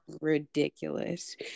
ridiculous